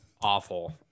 Awful